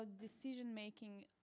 decision-making